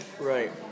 Right